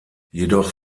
jedoch